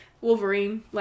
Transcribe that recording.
Wolverine